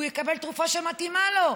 הוא יקבל תרופה שמתאימה לו.